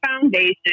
foundation